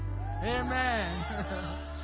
Amen